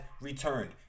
returned